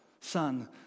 Son